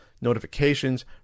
notifications